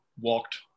Walked